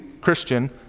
Christian